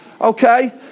okay